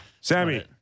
Sammy